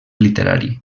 literari